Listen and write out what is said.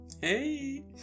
Hey